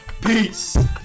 Peace